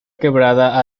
quebrada